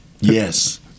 Yes